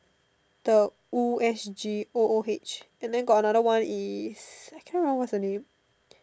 the ooh S_G O O H and the got another one is I can't remember what's the name